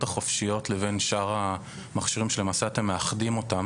החופשיות לבין שאר המכשירים שלמעשה אתם מאחדים אותם,